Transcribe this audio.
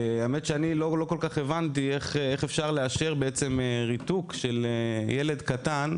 האמת שאני לא הבנתי איך אפשר לאשר ריתוק של ילד קטן.